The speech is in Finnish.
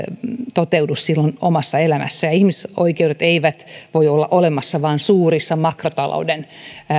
toteudu omassa elämässä ja ihmisoikeudet eivät voi olla olemassa vain suurissa makrotalouden